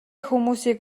хүмүүсийг